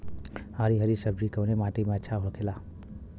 हरी हरी सब्जी कवने माटी में अच्छा होखेला?